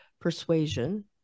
persuasion